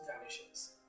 vanishes